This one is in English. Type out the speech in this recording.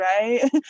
right